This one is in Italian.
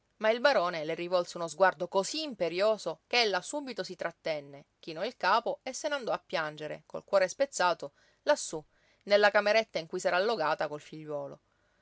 ma il barone le rivolse uno sguardo cosí imperioso che ella subito si trattenne chinò il capo e se n'andò a piangere col cuore spezzato lassù nella cameretta in cui s'era allogata col figliuolo